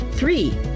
Three